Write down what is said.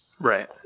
Right